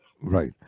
Right